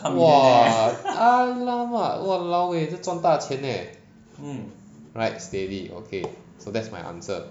!wah! !alamak! !walao! eh 这赚大钱 eh right steady so that's my answer